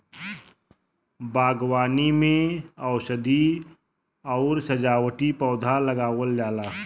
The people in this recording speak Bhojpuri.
बागवानी में औषधीय आउर सजावटी पौधा लगावल जाला